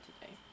today